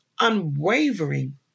unwavering